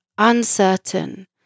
uncertain